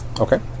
Okay